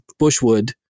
Bushwood